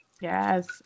Yes